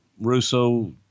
Russo